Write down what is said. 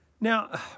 Now